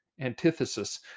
antithesis